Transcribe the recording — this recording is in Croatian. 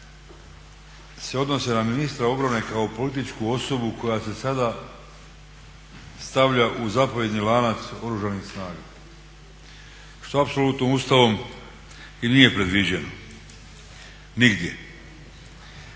se odnose na ministra obrane kao političku osobu koja se sada stavlja u zapovjedni lanac Oružanih snaga što apsolutno Ustavom i nije predviđeno nigdje.